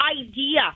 idea